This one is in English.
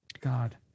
God